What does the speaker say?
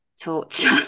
torture